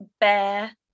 bear